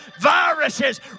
viruses